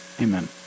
Amen